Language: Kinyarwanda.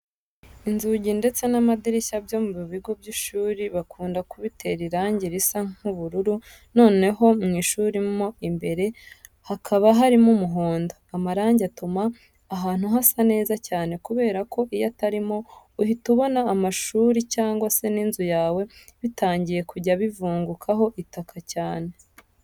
Inzugi ndetse n'amadirishya byo mu bigo by'ishuri bakunda kubitera irangi risa nk'ubururu, noneho mu ishuri mo imbere hakaba harimo umuhondo. Amarangi atuma ahantu hasa neza cyane kubera ko iyo atarimo uhita ubona amashuri cyangwa se n'inzu yawe bitangiiye kujya bivungukaho itaka cyane.